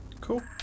Cool